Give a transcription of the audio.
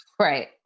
Right